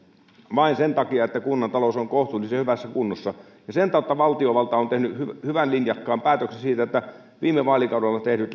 vain sen takia että kunnan talous on kohtuullisen hyvässä kunnossa sen tautta valtiovalta on tehnyt hyvän linjakkaan päätöksen siitä että viime vaalikaudella tehdyt